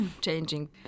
changing